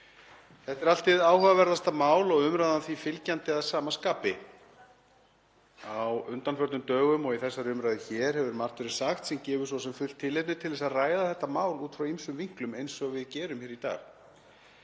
Þetta er allt hið áhugaverðasta mál og umræðan því fylgjandi að sama skapi. Á undanförnum dögum og í þessari umræðu hér hefur margt verið sagt sem gefur svo sem fullt tilefni til þess að ræða þetta mál frá ýmsum vinklum eins og við gerum hér í dag.